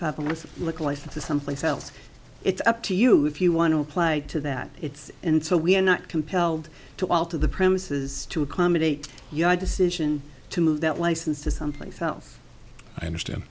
fabulous like license to someplace else it's up to you if you want to apply it to that it's and so we're not compelled to alter the premises to accommodate your decision to move that license to someplace else i understand